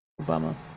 Obama